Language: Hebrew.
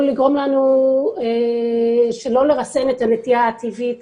לגרום לנו שלא לרסן את הנטייה הטבעית